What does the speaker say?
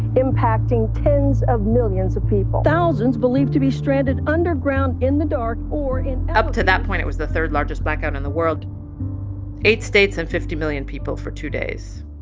impacting tens of millions of people thousands believed to be stranded underground in the dark or. up to that point, it was the third largest blackout in the world eight states and fifty million people for two days